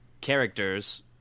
characters